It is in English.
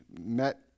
met